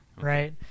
Right